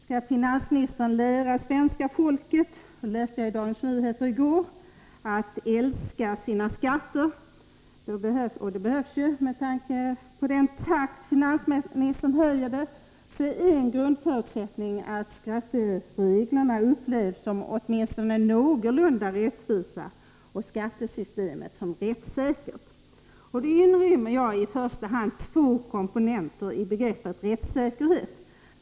Skall finansministern lära svenska folket att, som jag läste i Dagens Nyheter i går, älska sina skatter — och det behövs ju med tanke på den takt i vilken finansministern höjer dem — är en grundförutsättning att skattereglerna upplevs som åtminstone någorlunda rättvisa och skattesystemet som rättssäkert. Då inrymmer jag i första hand två komponenter i begreppet rättssäkerhet.